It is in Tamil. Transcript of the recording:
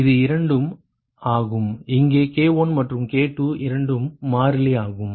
இது இரண்டு ஆகும் இங்கே K1 மற்றும் K2 இரண்டும் மாறிலி ஆகும்